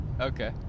Okay